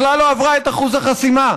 בכלל לא עברה את אחוז החסימה,